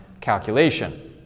calculation